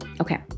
okay